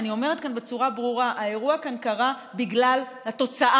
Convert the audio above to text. ואני אומרת כאן בצורה ברורה: האירוע כאן קרה בגלל התוצאה,